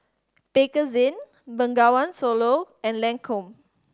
Bakerzin Bengawan Solo and Lancome